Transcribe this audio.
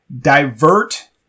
divert